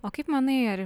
o kaip manai ar